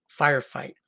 firefight